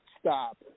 stop